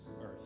earth